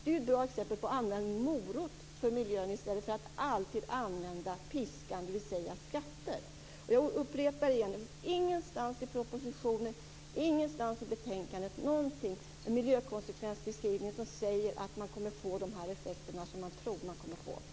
Det är ett bra exempel på användning av morot för miljön i stället för att alltid använda piskan, dvs. skatter. Jag upprepar igen: Det finns inte någon miljökonsekvensbeskrivning i propositionen eller i betänkandet som säger att man kommer att få de effekter som man tror att man kommer att få.